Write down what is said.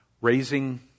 raising